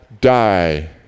die